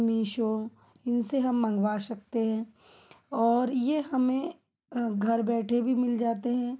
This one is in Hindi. मिशों इनसे हम मँगवा सकते है और यह हमें घर बैठे भी मिल जाते हैं